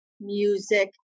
music